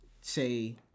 say